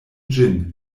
ĝin